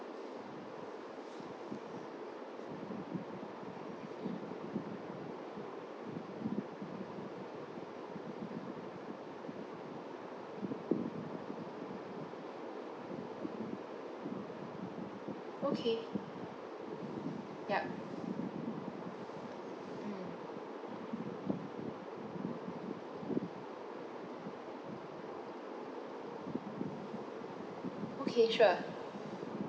okay ya mm okay sure